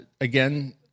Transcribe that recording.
again